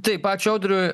taip ačiū audriui